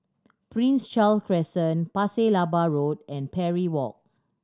Prince Charles Crescent Pasir Laba Road and Parry Walk